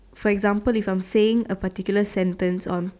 for example if I am saying a particular sentence on